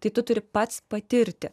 tai tu turi pats patirti